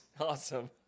Awesome